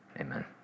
Amen